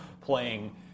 playing